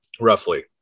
roughly